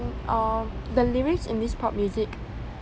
uh the lyrics in this pop music